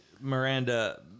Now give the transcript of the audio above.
Miranda